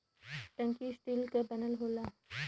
टंकी स्टील क बनल होला